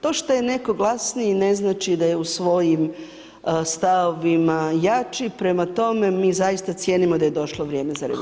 To što je netko glasniji, ne znači da je u svojim stavovima jači, prema tome, mi zaista cijenimo da je došlo vrijeme za reviziju.